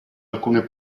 alcune